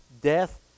death